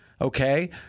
Okay